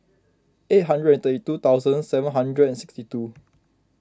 eight hundred and thirty two thousand seven hundred and sixty two